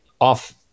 off